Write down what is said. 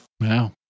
Wow